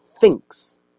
thinks